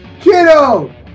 Kiddo